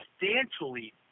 substantially